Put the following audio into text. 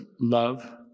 love